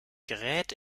gerät